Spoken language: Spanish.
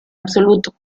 absoluto